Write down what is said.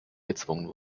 gezwungen